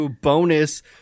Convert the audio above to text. bonus